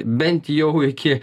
bent jau iki